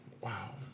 Wow